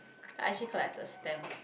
I actually collected stamp